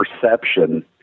perception